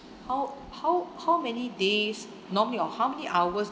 how how how many days normally or how many hours